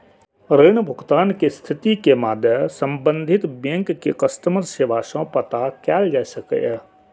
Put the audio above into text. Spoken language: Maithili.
ऋण भुगतान के स्थिति के मादे संबंधित बैंक के कस्टमर सेवा सं पता कैल जा सकैए